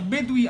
הבדואי,